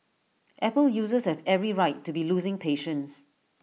apple users have every right to be losing patience